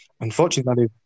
Unfortunately